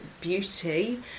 beauty